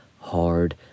hard